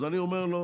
אז אני אומר לו: